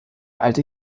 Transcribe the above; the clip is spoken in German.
alte